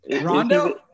Rondo